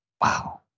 Wow